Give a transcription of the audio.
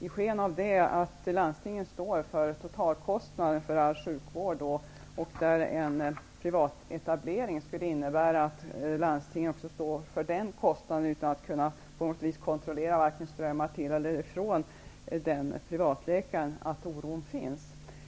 Eftersom landstingen står för totalkostnaden för all sjukvård, innebär en privatetablering att landstingen skall stå också för den kostnaden utan att kunna utöva någon kontroll av kostnadsströmmarna till och ifrån privatläkarna. Det finns därför en oro.